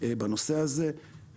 בנושא הזה.